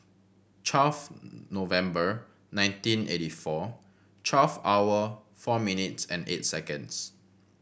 twelve November nineteen eighty four twelve hour four minutes and eight seconds